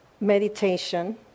meditation